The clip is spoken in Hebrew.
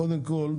קודם כל,